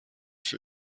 für